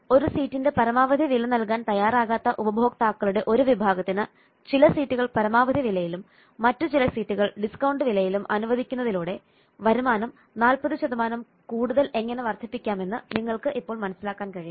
ഒരു സീറ്റിന്റെ പരമാവധി വില നൽകാൻ തയ്യാറാകാത്ത ഉപഭോക്താക്കളുടെ ഒരു വിഭാഗത്തിന് ചില സീറ്റുകൾ പരമാവധി വിലയിലും മറ്റു ചില സീറ്റുകൾ ഡിസ്കൌണ്ട് വിലയിലും അനുവദിക്കുന്നതിലൂടെ വരുമാനം40 ൽ കൂടുതൽ എങ്ങനെ വർദ്ധിപ്പിക്കാമെന്ന് നിങ്ങൾക്ക് ഇപ്പോൾ മനസ്സിലാക്കാൻ കഴിയും